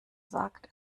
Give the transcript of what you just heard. sagt